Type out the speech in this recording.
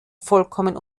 vollkommen